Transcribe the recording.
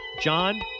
John